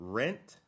rent